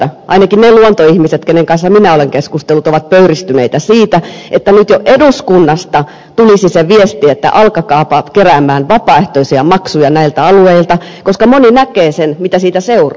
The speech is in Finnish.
ainakin ne luontoihmiset kenen kanssa minä olen keskustellut ovat pöyristyneitä siitä että nyt jo eduskunnasta tulisi se viesti että alkakaapa kerätä vapaaehtoisia maksuja näiltä alueilta koska moni näkee sen mitä siitä seuraa